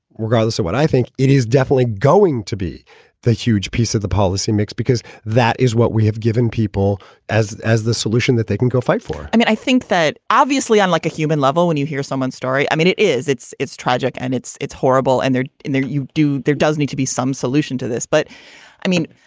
regardless of what i think, it is definitely going to be the huge piece of the policy mix, because that is what we have given people as as the solution that they can go fight for i mean, i think that obviously on like a human level, when you hear someone's story, i mean, it is it's it's tragic and it's it's horrible. and there and there you do. there does need to be some solution to this. but i mean,